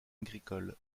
agricole